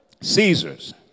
Caesar's